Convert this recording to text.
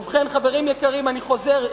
ובכן, חברים יקרים, אני חוזר.